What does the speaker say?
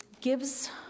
gives